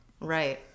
Right